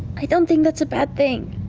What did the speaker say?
i don't think that's a bad thing.